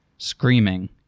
screaming